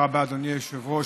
תודה רבה, אדוני היושב-ראש.